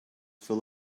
full